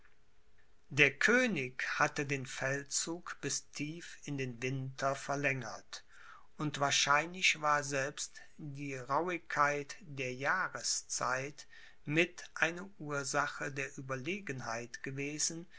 der könig hatte den feldzug bis tief in den winter verlängert und wahrscheinlich war selbst die rauhigkeit der jahreszeit mit eine ursache der ueberlegenheit gewesen